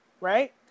right